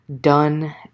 done